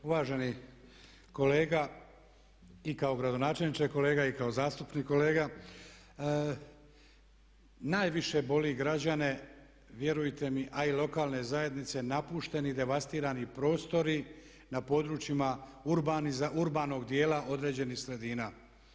Uvaženi kolega i kao gradonačelniče kolega i kao zastupnik kolega najviše boli građane, vjerujte mi, a i lokalne zajednice napušteni, devastirani prostori na područjima urbanog dijela određenih sredina.